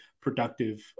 productive